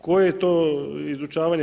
Koje je to izučavanje?